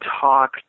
talk